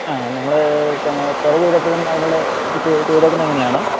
ആ നമ്മൾ പുര ചെയ്തപ്പോഴും അതിനുള്ള ഇത് ചെയ്ത് ചെയ്തേക്കുന്നത് അങ്ങനെ ആണോ